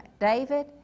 David